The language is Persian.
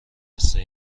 پسته